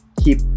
keep